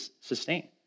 sustain